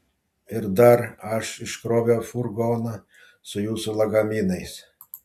ir dar aš iškroviau furgoną su jūsų lagaminais